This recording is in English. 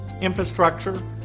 infrastructure